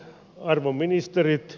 arvon ministerit